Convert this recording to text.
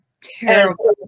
terrible